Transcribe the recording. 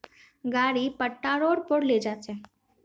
गाड़ी पट्टा रो पर ले जा छेक